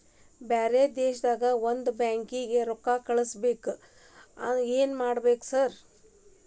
ಬ್ಯಾರೆ ದೇಶದಾಗ ಒಂದ್ ಅಕೌಂಟ್ ಗೆ ರೊಕ್ಕಾ ಕಳ್ಸ್ ಬೇಕು ಏನ್ ಮಾಡ್ಬೇಕ್ರಿ ಸರ್?